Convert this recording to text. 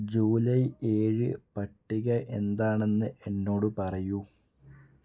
July ഏഴ് പട്ടിക എന്താണെന്ന് എന്നോട് പറയൂ